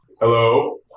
Hello